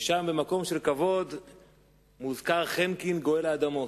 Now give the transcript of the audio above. ושם, במקום של כבוד מוזכר חנקין גואל האדמות.